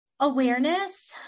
Awareness